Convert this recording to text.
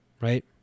Right